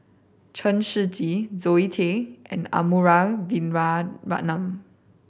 Chen Shiji Zoe Tay and Arumugam Vijiaratnam